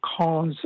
cause